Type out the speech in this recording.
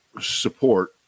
support